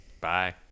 Bye